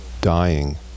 dying